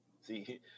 See